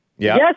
Yes